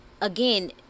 again